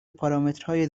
پارامترهای